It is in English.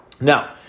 Now